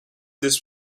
this